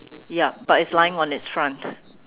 yup but it's lying on its front